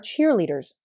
cheerleaders